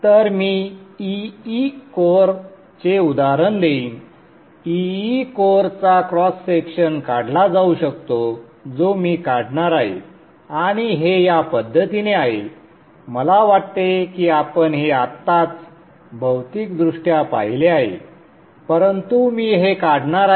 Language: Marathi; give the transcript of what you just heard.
तर मी E E कोअरचे उदाहरण देईन E E कोअरचा क्रॉस सेक्शन काढला जाऊ शकतो जो मी काढणार आहे आणि हे या पद्धतीने आहे मला वाटते की आपण हे आत्ताच भौतिकदृष्ट्या पाहिले आहे परंतु मी हे काढणार आहे